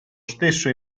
stesso